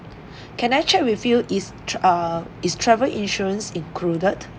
can I check with you is err is travel insurance included